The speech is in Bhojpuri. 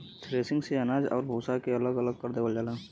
थ्रेसिंग से अनाज आउर भूसा के अलग अलग कर देवल जाला